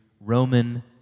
Roman